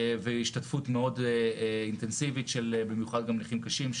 והשתתפות מאוד אינטנסיבית במיוחד של נכים קשים,